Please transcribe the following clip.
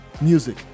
music